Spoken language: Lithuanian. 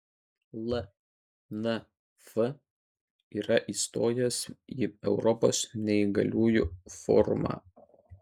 lnf yra įstojęs į europos neįgaliųjų forumą